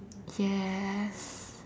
ya